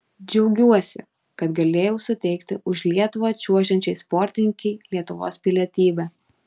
džiaugiuosi kad galėjau suteikti už lietuvą čiuožiančiai sportininkei lietuvos pilietybę